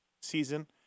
season